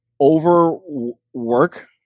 overwork